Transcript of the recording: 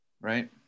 Right